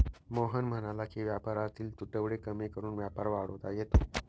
मोहन म्हणाला की व्यापारातील तुटवडे कमी करून व्यापार वाढवता येतो